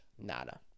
Nada